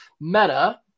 Meta